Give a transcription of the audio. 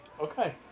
Okay